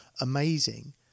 amazing